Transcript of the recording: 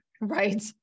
right